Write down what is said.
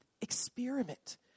experiment